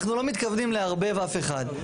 אנחנו לא מתכוונים לערבב אף אחד,